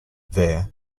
there